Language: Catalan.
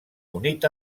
unit